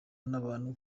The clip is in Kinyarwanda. n’abantu